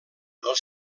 dels